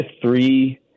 three